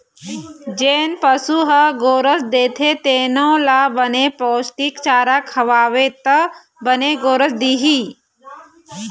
जेन पशु ह गोरस देथे तेनो ल बने पोस्टिक चारा खवाबे त बने गोरस दिही